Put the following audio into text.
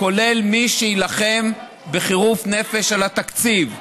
כולל מי שיילחם בחירוף נפש על התקציב.